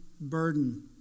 burden